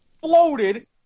floated